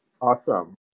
awesome